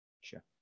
Sure